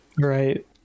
Right